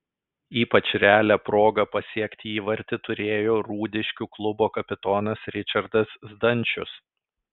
ypač realią progą pasiekti įvartį turėjo rūdiškių klubo kapitonas ričardas zdančius